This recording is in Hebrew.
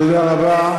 תודה רבה.